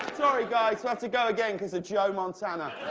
sorry guys, let's go again because of joe montana.